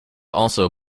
also